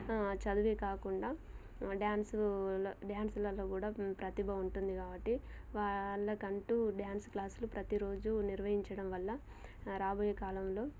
చదువే కాకుండా డ్యాన్సులో డ్యాన్సులల్లో కూడా ప్రతిభ ఉంటుంది కాబట్టి వాళ్ళకంటూ డ్యాన్సు క్లాసులు ప్రతీ రోజూ నిర్వహించడం వల్ల రాబోయే కాలంలో